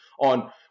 on